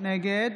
נגד